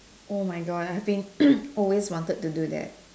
oh my god I've been always wanted to do that